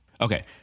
Okay